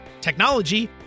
technology